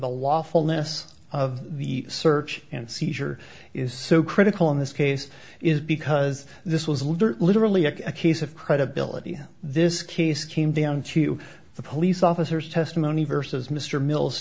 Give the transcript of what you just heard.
lawfulness of the search and seizure is so critical in this case is because this was alert literally a case of credibility in this case came down to the police officers testimony versus mr mills